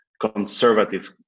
conservative